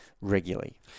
regularly